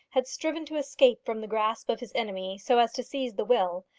had striven to escape from the grasp of his enemy so as to seize the will,